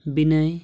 Vinay